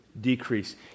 decrease